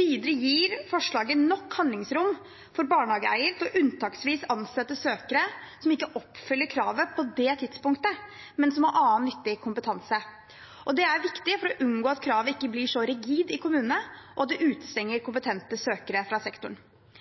Videre gir forslaget nok handlingsrom for barnehageeierne til unntaksvis å ansette søkere som ikke oppfyller kravet på det tidspunktet, men som har annen nyttig kompetanse. Det er viktig for å unngå at kravet blir så rigid i kommunene at det utestenger kompetente søkere fra sektoren.